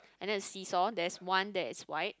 and then the seesaw there is one that is white